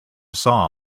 saw